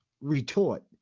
retort